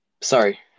Sorry